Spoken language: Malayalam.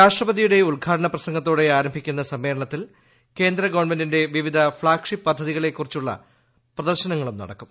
രാഷ്ട്രപതിയുടെ ഉദ്ഘാടനം പ്രസംഗത്തോടെ ആരംഭിക്കുന്ന സമ്മേളനത്തിൽ കേന്ദ്ര ഗവൺമെന്റിന്റെ വിവിധ ഫ്ളാഗ് ഷിപ്പ് പദ്ധതികളെക്കുറിച്ചുളള പ്രദർശനങ്ങളും നടക്കും